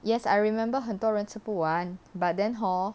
yes I remember 很多人吃不完 but then hor